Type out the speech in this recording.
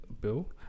bill